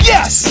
Yes